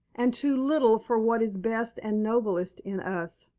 and too little for what is best and noblest in us.